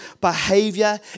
behavior